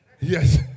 yes